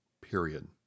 period